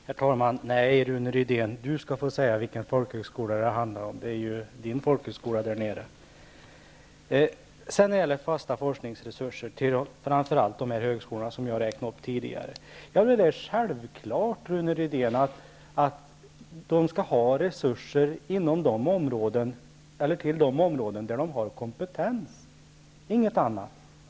Herr talman! Nej, Rune Rydén skall själv få säga vilken folkhögskola som det handlar om. Den ligger ju i hans hemtrakter. När det gäller fasta forskningsresurser till framför allt de högskolor som jag räknade upp tidigare, vill jag säga att det är självklart, Rune Rydén, att de skall ha resurser till de områden där de har kompetens, inget annat.